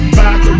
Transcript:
back